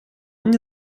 мне